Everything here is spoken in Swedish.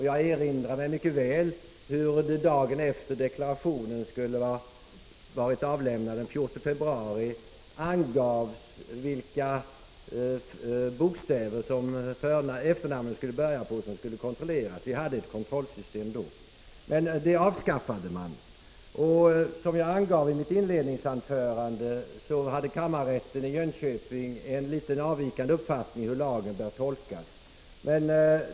Jag erinrar mig mycket väl hur det dagen efter den då deklarationen skulle ha varit inlämnad angavs vilka bokstäver de efternamn började på som skulle kontrolleras. Vi hade ett kontrollsystem då, men det avskaffades. Som jag angav i mitt inledningsanförande, hade kammarrätten i Jönköping en avvikande uppfattning om hur lagen bör tolkas.